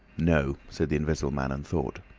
no, said the invisible man, and thought.